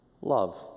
love